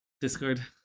Discord